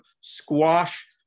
squash